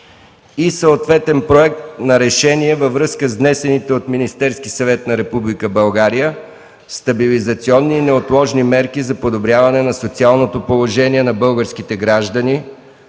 съвет. Проект на решение във връзка с внесените от Министерския съвет на Република България „Стабилизационни и неотложни мерки за подобряване на социалното положение на българските граждани,